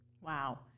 Wow